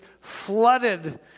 flooded